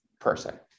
person